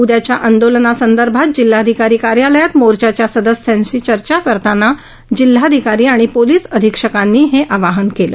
उद्याच्या आंदोलनासंदर्भात जिल्हाधिकारी कार्यालयात मोर्च्याच्या सदस्यांशी चर्चा करताना जिल्हाधिकारी आणि पोलीस अधीक्षकांनी हे आवाहन केलं